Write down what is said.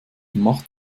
macht